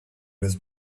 was